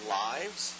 lives